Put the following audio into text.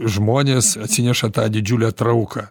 žmonės atsineša tą didžiulę trauką